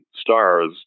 stars